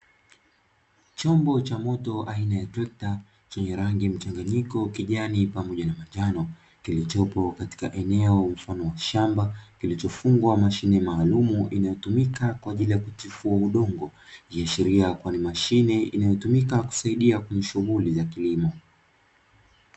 Chombo cha moto aina ya trekta chenye rangi mchanganyiko kijani pamoja na manjano, kilichopo katika eneo mfano wa shamba kilichofungwa mashine maalumu inayotumika kwa ajili ya kutifua udongo, ikiashiria kuwa ni mashine inayotumika kusaidia kwenye shughuli ya kilimo.